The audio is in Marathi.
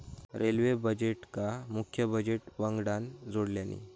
रेल्वे बजेटका मुख्य बजेट वंगडान जोडल्यानी